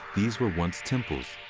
these were once temples,